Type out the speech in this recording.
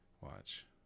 watch